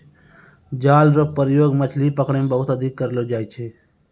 जाल रो प्रयोग मछली पकड़ै मे बहुते अधिक करलो जाय छै